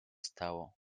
stało